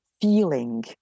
feeling